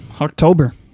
October